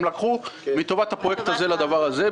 הם לקחו 160 מיליון מהפרויקט הזה.